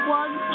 one